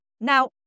Now